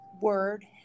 word